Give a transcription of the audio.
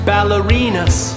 Ballerinas